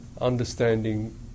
understanding